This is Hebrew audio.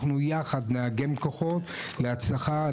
אנחנו יחד נאגם כוחות להצלחה.